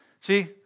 See